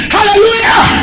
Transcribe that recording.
Hallelujah